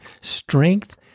strength